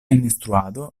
instruado